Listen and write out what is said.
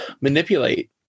manipulate